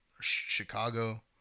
chicago